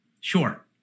sure